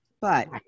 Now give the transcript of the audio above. But-